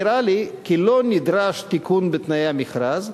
נראה לי כי לא נדרש תיקון בתנאי מכרז,